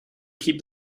keep